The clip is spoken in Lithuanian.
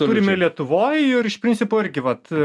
turime lietuvoj ir iš principo irgi vat